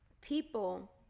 people